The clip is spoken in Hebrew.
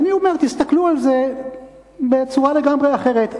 אני אומר: תסתכלו על זה בצורה לגמרי אחרת.